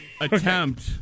attempt